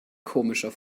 komischer